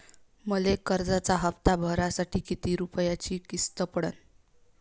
मले कर्जाचा हप्ता भरासाठी किती रूपयाची किस्त पडन?